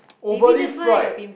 overly fried